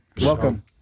Welcome